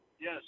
Yes